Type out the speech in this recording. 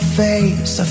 face